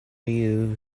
you